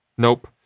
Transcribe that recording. nope.